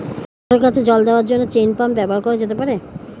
মটর গাছে জল দেওয়ার জন্য চেইন পাম্প ব্যবহার করা যেতে পার?